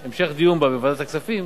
עם המשך דיון בה בוועדת הכספים,